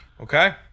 Okay